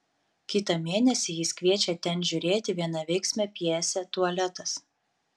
kitą mėnesį jis kviečia ten žiūrėti vienaveiksmę pjesę tualetas